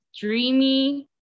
dreamy